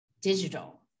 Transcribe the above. digital